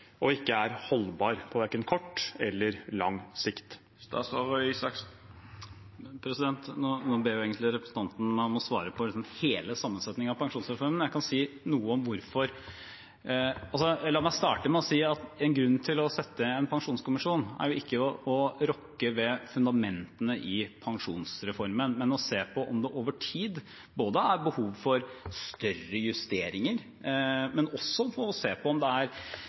og ikke er holdbar, verken på kort eller lang sikt. Nå ber jo egentlig representanten meg om å svare på hele sammensetningen av pensjonsreformen, men jeg kan si noe om hvorfor. La meg starte med å si at en grunn til å sette ned en pensjonskommisjon er ikke å rokke ved fundamentene i pensjonsreformen, men å se på om det over tid er behov for større justeringer, og også se på om det er